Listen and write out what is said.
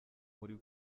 muri